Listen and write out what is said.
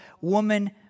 woman